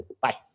bye